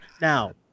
Now